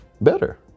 Better